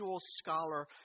scholar